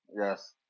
Yes